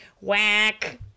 Whack